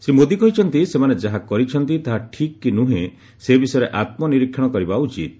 ଶ୍ରୀ ମୋଦୀ କହିଛନ୍ତି ସେମାନେ ଯାହା କରିଛନ୍ତି ତାହା ଠିକ୍ କି ନୁହେଁ ସେ ବିଷୟରେ ଆତ୍ମନିରିକ୍ଷଣ କରିବା ଉଚିତ୍